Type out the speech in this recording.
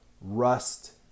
rust